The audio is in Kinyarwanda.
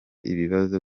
ibibazo